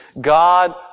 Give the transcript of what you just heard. God